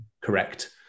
correct